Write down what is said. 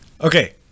Okay